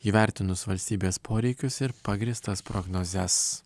įvertinus valstybės poreikius ir pagrįstas prognozes